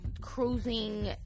cruising